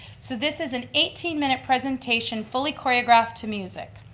so this is an eighteen minute presentation fully choreographed to music.